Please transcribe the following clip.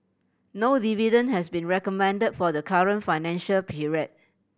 no dividend has been recommended for the current financial period